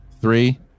Three